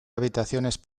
habitaciones